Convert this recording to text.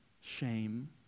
shame